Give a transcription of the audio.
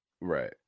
right